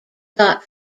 got